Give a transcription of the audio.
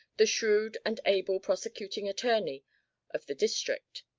the shrewd and able prosecuting attorney of the district.